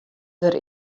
der